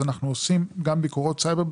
אנחנו עושים גם ביקורות סייבר,